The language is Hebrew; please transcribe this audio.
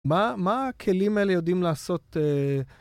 מה מה הכלים האלה יודעים לעשות?